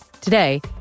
Today